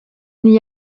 n’y